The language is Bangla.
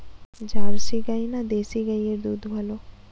জার্সি গাই না দেশী গাইয়ের দুধ ভালো?